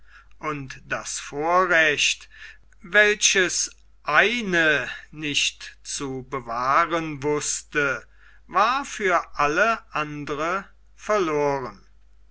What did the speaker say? und das vorrecht welches eine nicht zu bewahren wußte war für alle andern verloren